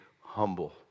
humble